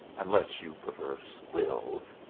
unless you prefer squills.